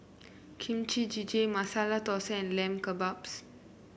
Kimchi Jjigae Masala Dosa and Lamb Kebabs